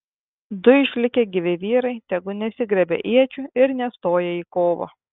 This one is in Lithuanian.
du išlikę gyvi vyrai tegu nesigriebia iečių ir nestoja į kovą